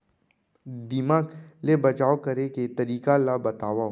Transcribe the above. दीमक ले बचाव करे के तरीका ला बतावव?